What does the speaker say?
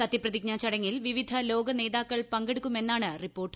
സത്യപ്രതിജ്ഞാ ചടങ്ങിൽ വിവിധ നേതാക്കൾ പങ്കെടുക്കുമെന്നാണ് റിപ്പോർട്ട്